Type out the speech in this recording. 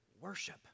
worship